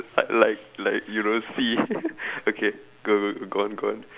but like like you don't see okay go go go go on go on